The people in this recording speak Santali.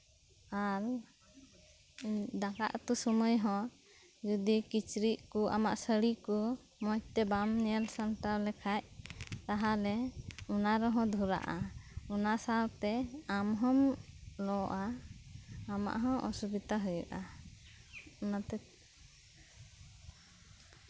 ᱟᱨ ᱫᱟᱠᱟ ᱩᱛᱩ ᱥᱚᱢᱚᱭᱦᱚᱸ ᱡᱚᱫᱤ ᱠᱤᱪᱨᱤᱡ ᱠᱚ ᱟᱢᱟᱜ ᱥᱟᱹᱲᱤ ᱠᱚ ᱢᱚᱸᱡᱽᱛᱮ ᱵᱟᱢ ᱧᱮᱞ ᱥᱟᱢᱴᱟᱣ ᱞᱮᱠᱷᱟᱱ ᱛᱟᱦᱞᱮ ᱚᱱᱟ ᱨᱮᱦᱚᱸ ᱫᱷᱚᱨᱟᱜᱼᱟ ᱚᱱᱟ ᱥᱟᱶᱛᱮ ᱟᱢᱦᱚᱢ ᱞᱚᱜᱼᱟ ᱟᱢᱟᱜ ᱦᱚᱸ ᱚᱥᱩᱵᱤᱫᱷᱟ ᱦᱩᱭᱩᱜᱼᱟ ᱚᱱᱟᱛᱮ